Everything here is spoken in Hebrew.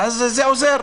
זה עוזר.